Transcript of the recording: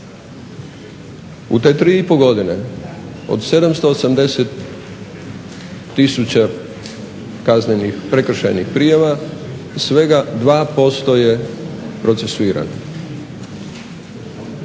U te 3,5 godine od 780 tisuća kaznenih, prekršajnih prijava svega 2% je procesuirano,